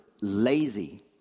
lazy